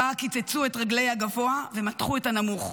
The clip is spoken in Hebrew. בה קיצצו את רגלי הגבוה ומתחו את הנמוך.